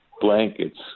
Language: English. blankets